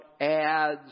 ads